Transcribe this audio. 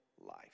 life